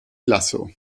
lasso